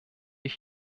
ich